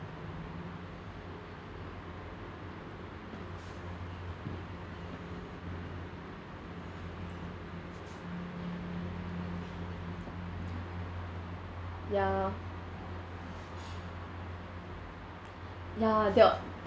ya ya the